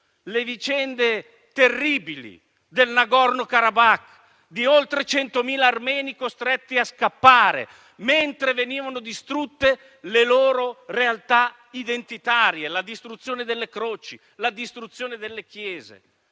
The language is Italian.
le vicende terribili del Nagorno-Karabakh e degli oltre 100.000 armeni costretti a scappare mentre venivano distrutte le loro realtà identitarie (la distruzione delle croci e delle chiese).